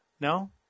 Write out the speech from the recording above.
No